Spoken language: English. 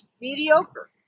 mediocre